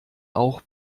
auch